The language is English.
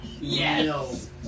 Yes